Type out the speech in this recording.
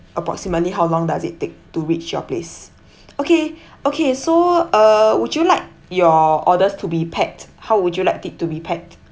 approximately how long does it take to reach your place okay okay so uh would you like your orders to be packed how would you like it to be packed